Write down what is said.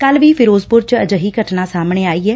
ਕੱਲ੍ ਵੀ ਫਿਰੋਜ਼ਪੁਰ ਚ ਅਜਿਹੀ ਘਟਨਾ ਸਾਹਮਣੇ ਆਈ ਐ